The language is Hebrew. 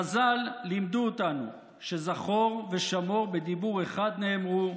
חז"ל לימדו אותנו ש"זכור ושמור בדיבור אחד נאמרו: